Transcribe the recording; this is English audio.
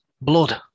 blood